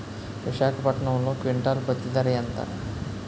విశాఖపట్నంలో క్వింటాల్ పత్తి ధర ఎంత?